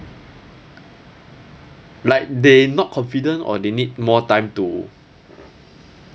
like they not confident or they need more time to